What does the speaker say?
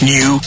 New